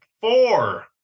Four